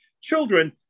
children